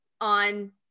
on